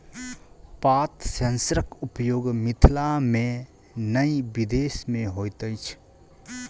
पात सेंसरक उपयोग मिथिला मे नै विदेश मे होइत अछि